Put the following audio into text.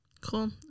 Cool